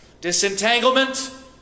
Disentanglement